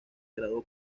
graduó